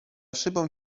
szybą